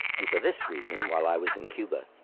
and for this reason, while i was in cuba,